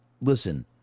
listen